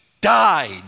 died